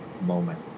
moment